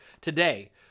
today